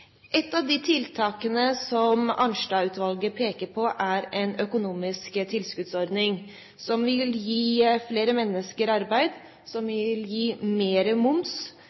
Et av de tiltakene som Arnstad-utvalget peker på, er en økonomisk tilskuddsordning som vil gi flere mennesker arbeid,